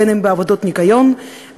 בין אם בעבודות ניקיון,